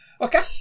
Okay